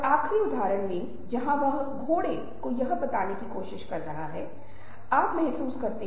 आम तौर पर लोग हम जो कहते हैं इसके बजाय कैसे कहा गैया पर प्रतिक्रिया करते हैं